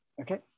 okay